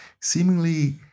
seemingly